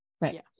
right